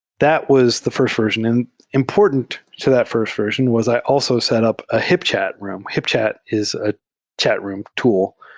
that was the first version. and important to that first version was i also set up a hipchat room. hipchat is ah chat room tool,